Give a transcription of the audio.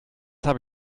habe